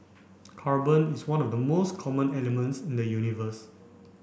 carbon is one of the most common elements in the universe